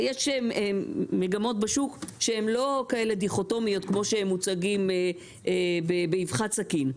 יש מגמות בשוק שהן לא כאלה דיכוטומיות כמו שהן מוצגות באבחת סכין.